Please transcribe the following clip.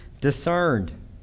discerned